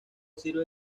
sirve